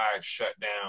shutdown